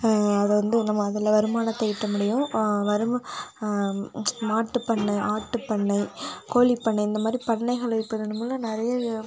அதை வந்து நம்ம அதில் வருமானத்தை ஈட்ட முடியும் வருமா மாட்டுப் பண்ணை ஆட்டுப் பண்ணை கோழிப் பண்ணை இந்த மாதிரி பண்ணைகள் இருக்கிற நம்மெலாம் நிறைய இது